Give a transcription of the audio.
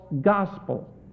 gospel